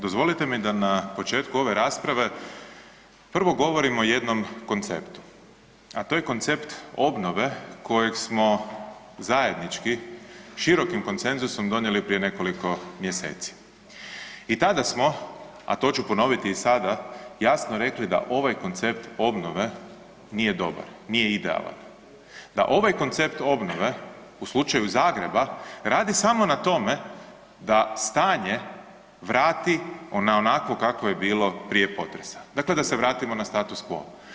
Dozvolite mi da na početku ove rasprave prvo govorim o jednom konceptu, a to je koncept obnove kojeg smo zajednički širokim konsenzusom donijeli prije nekoliko mjeseci i tada smo, a to ću ponoviti i sada, jasno rekli da ovaj koncept obnove nije dobar, nije idealan, da ovaj koncept obnove u slučaju Zagreba radi samo na tome da stanje vrati na onakvo kakvo je bilo prije potresa, dakle da se vratimo na status quo.